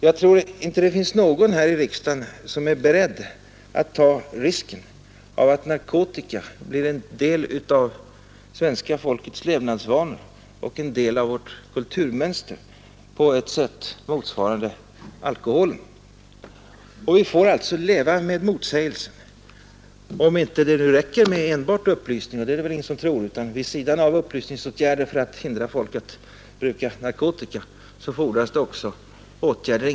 Jag tror inte att det finns någon här i riksdagen som är beredd att ta risken av att narkotika blir en del av svenska folkets levnadsvanor och av vårt kulturmönster på motsvarande sätt som alkoholen. Vi får alltså leva med denna motsägelse — om det nu inte räcker med enbart upplysningsåtgärder för att hindra folk att bruka narkotika, och det är väl ingen som tror det.